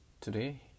today